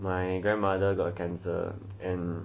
my grandmother got cancer and